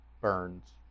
burns